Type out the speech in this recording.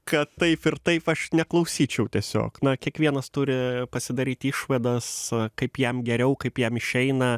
kad taip ir taip aš neklausyčiau tiesiog na kiekvienas turi pasidaryti išvadas kaip jam geriau kaip jam išeina